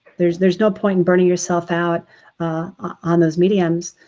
there's there's no point in burning yourself out on those mediums